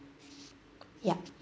yup